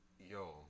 Yo